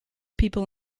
people